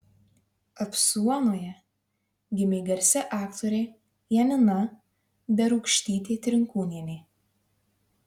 apsuonoje gimė garsi aktorė janina berūkštytė trinkūnienė